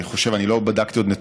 אני עוד לא בדקתי נתונים,